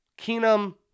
Keenum